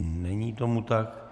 Není tomu tak.